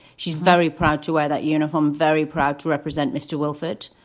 she's very proud to wear that uniform, very proud to represent mr. wolfert,